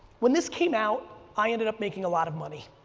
when this came out, i ended up making a lot of money.